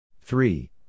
three